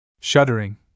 Shuddering